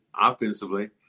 offensively